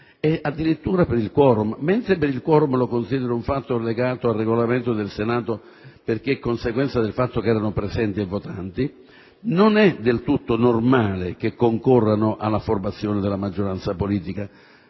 e addirittura per il *quorum*. Ma mentre per il *quorum* lo considero un fatto legato al Regolamento del Senato perché conseguenza del fatto che erano presenti e votanti, non è del tutto normale che concorrano alla formazione della maggioranza politica.